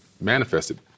manifested